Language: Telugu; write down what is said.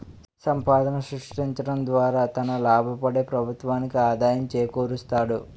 సంపాదన సృష్టించడం ద్వారా తన లాభపడి ప్రభుత్వానికి ఆదాయం చేకూరుస్తాడు